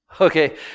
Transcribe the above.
Okay